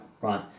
Right